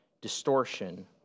distortion